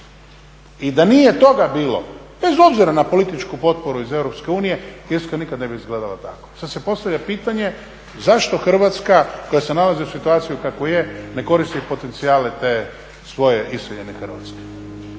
I da nije toga bilo, bez obzira na političku potporu iz EU Irska nikad ne bi izgledala tako. Sad se postavlja pitanje zašto Hrvatska koja se nalazi u situaciji u kakvoj je ne koristi potencijale te svoje iseljene Hrvatske.